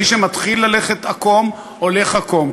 מי שמתחיל ללכת עקום הולך עקום,